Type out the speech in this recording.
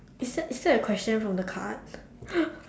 is that is that a question from the card